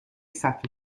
صفحه